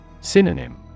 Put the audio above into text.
Synonym